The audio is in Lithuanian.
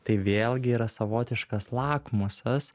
tai vėlgi yra savotiškas lakmusas